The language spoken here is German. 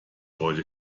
heute